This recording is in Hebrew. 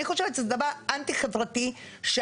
במימוש,